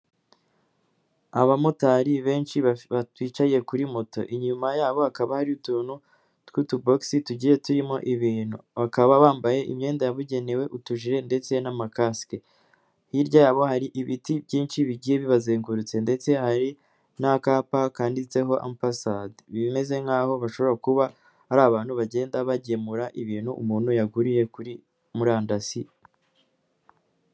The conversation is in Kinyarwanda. Abamotari benshi bicaye kuri moto, inyuma yabo hakaba hari utuntu tw'utubogisi tugiye turimo ibintu, bakaba bambaye imyenda yabugenewe utujire ndetse n'amakasike, hirya yabo hari ibiti byinshi bigiye bibazengurutse ndetse hari n'akapa kanditseho ampasadi, bimeze nkaho bashobora kuba ari abantu bagenda bagemura ibintu umuntu yaguriye kuri murandasi.